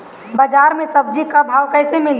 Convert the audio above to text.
बाजार मे सब्जी क भाव कैसे मिली?